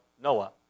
Noah